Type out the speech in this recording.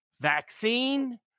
vaccine